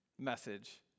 message